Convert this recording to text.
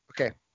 Okay